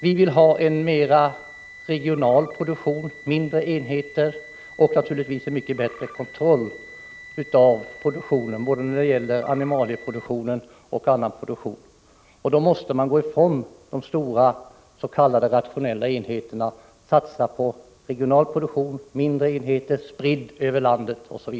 Vi vill därför ha en mer regional produktion med mindre enheter och naturligtvis med en mycket bättre kontroll av både animalieproduktion och annan produktion. Då måste man gå ifrån de stora s.k. rationella enheterna och satsa på en regional produktion med mindre enheter spridda över landet.